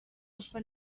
papa